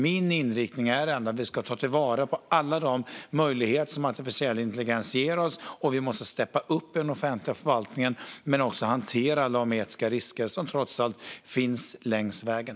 Men min inriktning är att vi ska ta till vara alla möjligheter som artificiell intelligens ger oss och att vi måste steppa upp i den offentliga förvaltningen men också hantera alla de etiska risker som trots allt finns längs vägen.